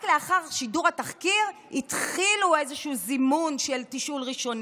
רק לאחר שידור התחקיר התחילו איזשהו זימון של תשאול ראשוני.